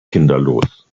kinderlos